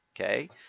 okay